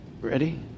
ready